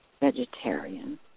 vegetarian